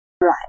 Right